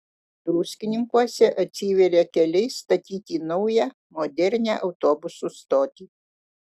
druskininkuose atsiveria keliai statyti naują modernią autobusų stotį